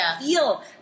feel